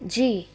जी